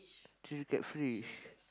chilli crab fish